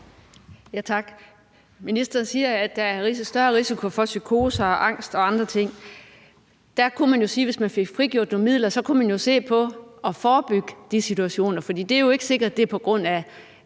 Tak. Ministeren siger, at der er en større risiko for psykoser, angst og andre ting. Der kunne man jo sige, at man, hvis man fik frigjort nogle midler, kunne se på at forebygge de situationer. For det er jo ikke sikkert, at det specielt er på grund af